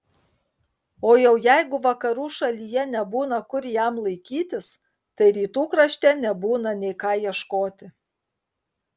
o jau jeigu vakarų šalyje nebūna kur jam laikytis tai rytų krašte nebūna nei ką ieškoti